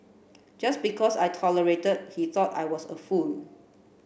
just because I tolerated he thought I was a fool